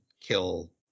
kill